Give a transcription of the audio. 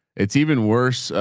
it's even worse.